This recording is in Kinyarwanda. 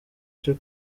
cyo